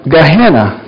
Gehenna